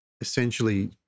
essentially